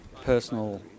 personal